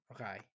Okay